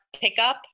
pickup